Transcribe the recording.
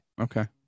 Okay